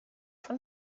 von